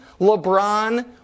LeBron